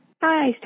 Hi